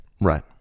right